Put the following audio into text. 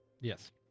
Yes